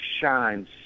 shines